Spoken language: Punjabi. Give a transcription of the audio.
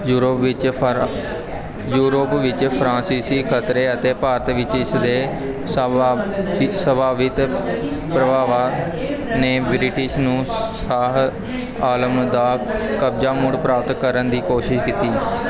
ਯੂਰਪ ਵਿੱਚ ਫਰ ਯੂਰਪ ਵਿੱਚ ਫਰਾਂਸੀਸੀ ਖਤਰੇ ਅਤੇ ਭਾਰਤ ਵਿੱਚ ਇਸ ਦੇ ਸੰਭਾਵੀ ਸੰਭਾਵਿਤ ਪ੍ਰਭਾਵਾਂ ਨੇ ਬ੍ਰਿਟਿਸ਼ ਨੂੰ ਸ਼ਾਹ ਆਲਮ ਦਾ ਕਬਜ਼ਾ ਮੁੜ ਪ੍ਰਾਪਤ ਕਰਨ ਦੀ ਕੋਸ਼ਿਸ਼ ਕੀਤੀ